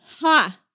Ha